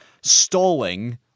stalling